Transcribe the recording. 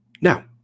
Now